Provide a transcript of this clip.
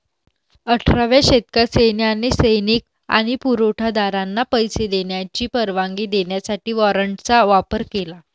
अठराव्या शतकात सैन्याने सैनिक आणि पुरवठा दारांना पैसे देण्याची परवानगी देण्यासाठी वॉरंटचा वापर केला